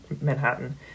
Manhattan